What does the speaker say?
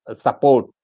support